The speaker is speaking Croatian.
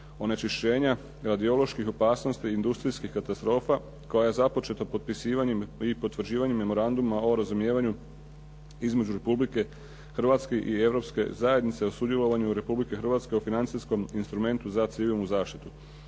onečišćenja, radioloških opasnosti, industrijskih katastrofa koja je započeta potpisivanjem i potvrđivanjem Memoranduma o razumijevanju između Republike Hrvatske i Europske zajednice o sudjelovanju Republike Hrvatske u financijskom instrumentu za civilnu zaštitu.